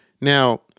Now